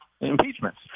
impeachments